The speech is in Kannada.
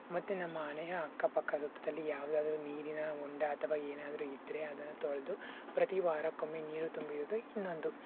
ಮತ್ತು ನಮ್ಮ ಮನೆಯ ಅಕ್ಕಪಕ್ಕ ಸುತ್ತದಲ್ಲಿ ಯಾವುದಾದರೂ ನೀರಿನ ಹೊಂಡ ಅಥವಾ ಏನಾದ್ರೂ ಇದ್ದರೆ ಅದನ್ನು ತೊಳೆದು ಪ್ರತಿ ವಾರಕೊಮ್ಮೆ ನೀರು ತುಂಬಿ ಇಡುವುದು ಇನ್ನೊಂದು